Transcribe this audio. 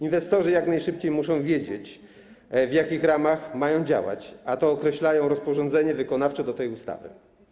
Inwestorzy jak najszybciej muszą wiedzieć, w jakich ramach mają działać, a to określają rozporządzenia wykonawcze do tej ustawy.